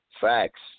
Facts